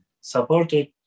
supported